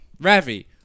Ravi